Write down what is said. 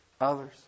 others